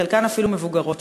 חלקן אפילו מבוגרות,